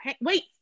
wait